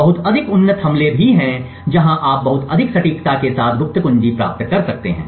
बहुत अधिक उन्नत हमले हैं जहां आप बहुत अधिक सटीकता के साथ गुप्त कुंजी प्राप्त कर सकते हैं